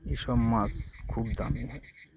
এসব মাছ খুব দামি